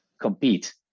compete